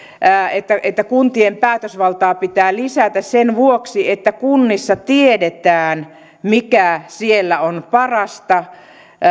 että että kuntien päätösvaltaa pitää lisätä sen vuoksi että kunnissa tiedetään mikä siellä on parasta